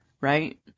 right